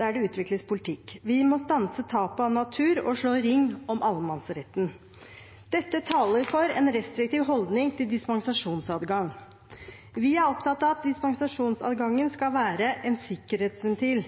der det utvikles politikk. Vi må stanse tapet av natur og slå ring om allemannsretten. Dette taler for en restriktiv holdning til dispensasjonsadgang. Vi er opptatt av at dispensasjonsadgangen skal være en sikkerhetsventil,